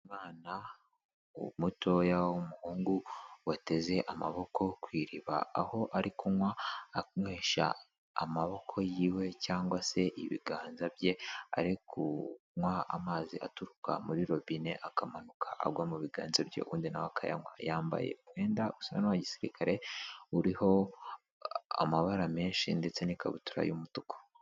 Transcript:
Umwana mutoya w'umuhungu wateze amaboko ku iriba aho ari kunywa anywesha amaboko yiwe cyangwa se ibiganza bye ari kunywa amazi aturuka muri robine akamanuka agwa mu biganza bye undi nawe akayanywa, yambaye umwenda usa n'uwa gisirikare uriho amabara menshi ndetse n'ikabutura y'umutuku.